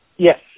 Yes